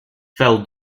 fell